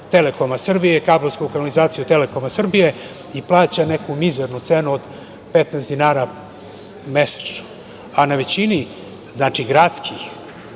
„Telekoma Srbije“, kablovsku kanalizaciju „Telekoma Srbije“, i plaća neku mizernu cenu od 15 dinara mesečno. Znači, većini gradski,